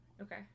Okay